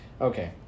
Okay